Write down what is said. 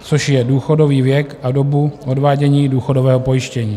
což je důchodový věk a dobu odvádění důchodového pojištění.